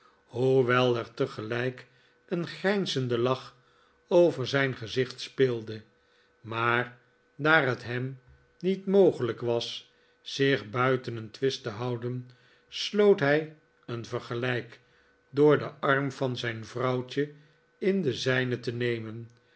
hoewel er tegelijk een grijnzende lacht over zijn gezicht speelde maar daar het hem niet mogelijk was zich buiten een twist te houden sloot hij een vergelijk door den arm van zijn vrouwtje in den zijnen te nemen